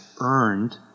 earned